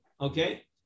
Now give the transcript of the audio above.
Okay